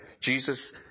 Jesus